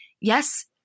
yes